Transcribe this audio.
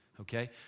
okay